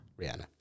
Rihanna